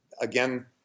Again